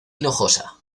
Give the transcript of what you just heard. hinojosa